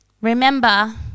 remember